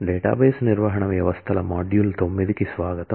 database నిర్వహణ వ్యవస్థల module 9 కు స్వాగతం